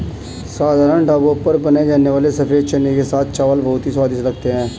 साधारण ढाबों पर बनाए जाने वाले सफेद चने के साथ चावल बहुत ही स्वादिष्ट लगते हैं